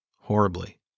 horribly